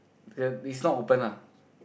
then its not open ah